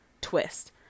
twist